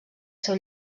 seu